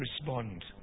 respond